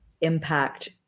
impact